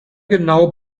genau